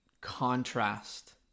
contrast